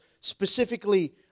specifically